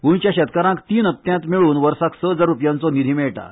गोंयच्या शेतकारांक तीन हप्त्यांत मेळून वर्साक स हजार रुपयांचो निधी मेळटा